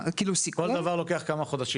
כל דבר לוקח כמה חודשים.